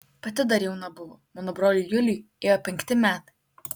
pati dar jauna buvo mano broliui juliui ėjo penkti metai